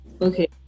Okay